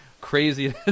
crazy